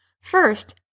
First